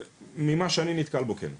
ממה שאני נתקל בו כן.